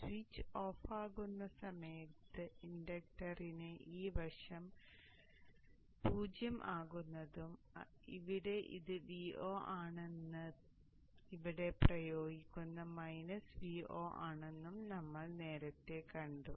switch off ആകുന്ന സമയത്ത് ഇൻഡക്ടറിന്റെ ഈ വശം 0 ആകുന്നതും ഇവിടെ അത് Vo ആണെന്നും ഇവിടെ പ്രയോഗിക്കുന്നത് Vo ആണെന്നും നമ്മൾ നേരത്തെ കണ്ടു